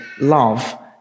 love